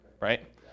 right